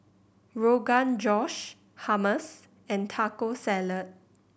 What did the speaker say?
Rogan Josh Hummus and Taco Salad